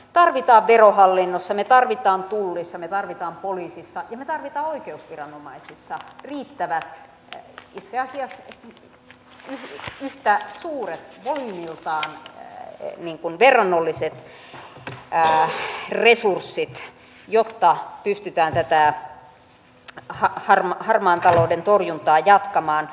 elikkä me tarvitsemme verohallintoon me tarvitsemme tulliin me tarvitsemme poliisiin ja me tarvitsemme oikeusviranomaisille riittävät itse asiassa yhtä suuret volyymiltaan verrannolliset resurssit jotta pystytään tätä harmaan talouden torjuntaa jatkamaan